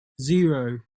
zero